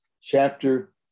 chapter